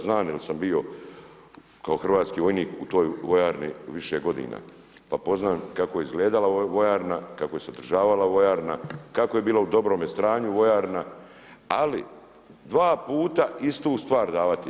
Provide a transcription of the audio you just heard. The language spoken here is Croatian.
Znam jer sam bio kao hrvatski vojnik u toj vojarni više godina pa poznam kako je izgledala vojarna, kako se održavala vojarna, kako je bila u dobrome stanju vojarna, ali dva puta istu stvar davati.